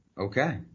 okay